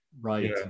Right